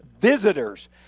visitors